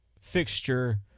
fixture